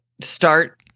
start